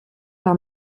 par